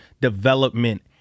development